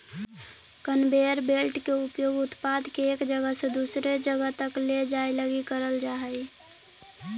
conveyor belt के उपयोग उत्पाद के एक जगह से दूसर जगह तक ले जाए लगी करल जा हई